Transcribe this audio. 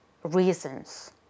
reasons